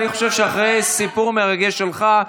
אני חושב שאחרי הסיפור המרגש שלך,